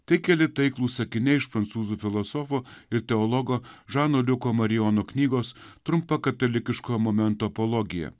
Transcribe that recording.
tik keli taiklūs sakiniai iš prancūzų filosofų ir teologo žano liuko marijonu knygos trumpa katalikiško momento apologija